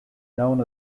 known